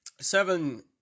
Seven